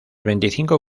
veinticinco